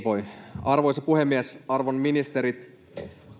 voi arvoisa puhemies arvon ministerit